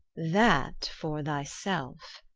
that for thy selfe,